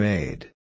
Made